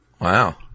Wow